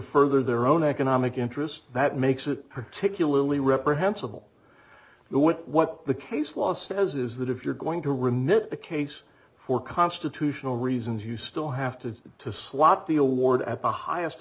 further their own economic interests that makes it particularly reprehensible but what what the case law says is that if you're going to remit the case for constitutional reasons you still have to to slot the award at the highest